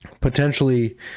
potentially